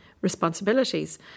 responsibilities